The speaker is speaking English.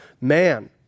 man